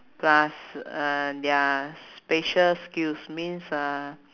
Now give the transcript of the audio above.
plus uh their spatial skills means uh